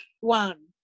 one